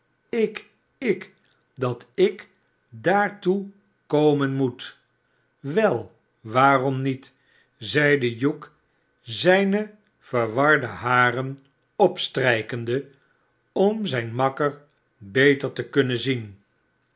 ik ik datikdaartoe komen moet a wel waarom niet zeide hugh zijne verwarde haren opstrijkende om zijn makker beter te kunnen zien